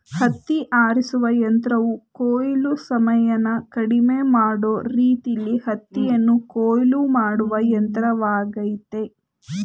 ಹತ್ತಿ ಆರಿಸುವ ಯಂತ್ರವು ಕೊಯ್ಲು ಸಮಯನ ಕಡಿಮೆ ಮಾಡೋ ರೀತಿಲೀ ಹತ್ತಿಯನ್ನು ಕೊಯ್ಲು ಮಾಡುವ ಯಂತ್ರವಾಗಯ್ತೆ